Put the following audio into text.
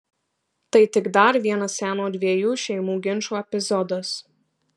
tai tik dar vienas seno dviejų šeimų ginčo epizodas